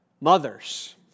mothers